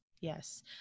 Yes